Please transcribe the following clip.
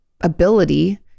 ability